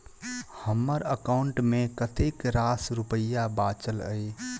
हम्मर एकाउंट मे कतेक रास रुपया बाचल अई?